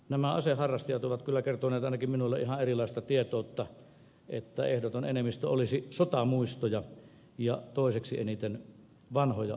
nämä aseharrastajat ovat kyllä kertoneet ainakin minulle ihan erilaista tietoutta että ehdoton enemmistö olisi sotamuistoja ja toiseksi eniten olisi vanhoja metsästysaseita